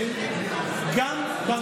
מקדם,